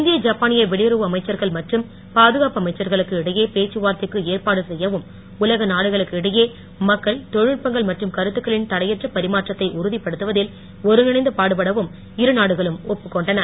இந்திய ஜப்பானிய வெளியுறவு அமைச்சர்கள் மற்றும் பாதுகாப்பு அமைச்சர்களுக்கு இடையே பேச்சுவார்த்தைக்கு ஏற்பாடு செய்யவும் உலக நாடுகளுக்கிடையே மக்கள் தொழில்நுட்பங்கள் மற்றும் கருத்துக்களின் தடையற்ற பரிமாற்றத்தை உறுதிப்படுத்துவதில் ஒருங்கிணைந்து பாடுபடவும் இருநாடுகளும் ஒப்புக்கொண்டன